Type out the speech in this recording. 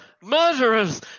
murderers